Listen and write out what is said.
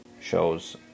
shows